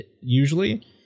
usually